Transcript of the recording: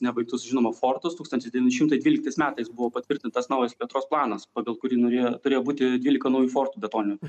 nebaigtus žinoma fortus tūkstantis devyni šimtai dvyliktais metais buvo patvirtintas naujas plėtros planas pagal kurį norėjo turėjo būti dvylika naujų fortų betoninių